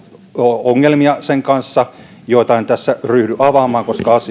ongelmia sen kanssa joita en tässä ryhdy avaamaan koska asia on